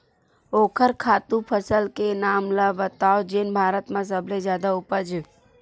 ओखर खातु फसल के नाम ला बतावव जेन भारत मा सबले जादा उपज?